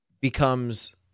becomes